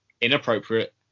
inappropriate